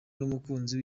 numukunzi